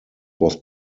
was